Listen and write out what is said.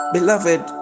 Beloved